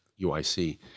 UIC